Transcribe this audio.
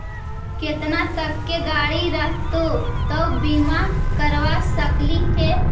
केतना तक के गाड़ी रहतै त बिमा करबा सकली हे?